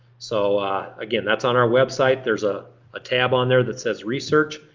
so again, that's on our website. there's a tab on there that says research.